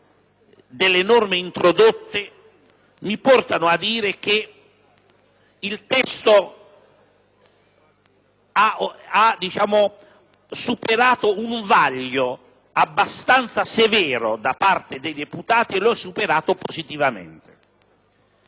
delle norme introdotte mi porta a dire che il testo ha superato un vaglio abbastanza severo da parte dei senatori, e lo ha superato positivamente.